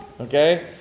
Okay